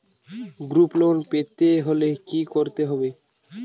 Group loan পেতে হলে কি করতে হবে?